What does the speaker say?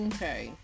Okay